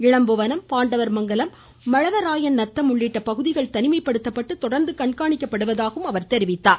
இளம்புவனம் பாண்டவர்மங்கலம் மழவராயன்நத்தம் உள்ளிட்ட பகுதிகள் தனிமைப்படுத்தப்பட்டு தொடர்ந்து கண்காணிக்கப்படுவதாகவும் அமைச்சர் கூறினார்